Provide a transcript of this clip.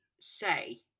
say